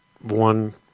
one